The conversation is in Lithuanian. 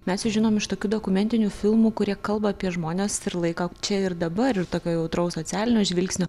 mes sužinom iš tokių dokumentinių filmų kurie kalba apie žmones ir laiką čia ir dabar ir tokio jautraus socialinio žvilgsnio